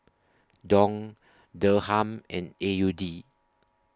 Dong Dirham and A U D